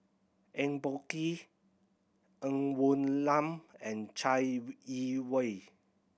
Eng Boh Kee Ng Woon Lam and Chai Yee Wei